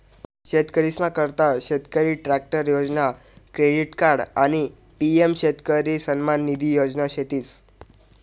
शेतकरीसना करता शेतकरी ट्रॅक्टर योजना, क्रेडिट कार्ड आणि पी.एम शेतकरी सन्मान निधी योजना शेतीस